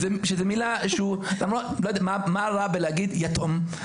מה רע בלהגיד יתום?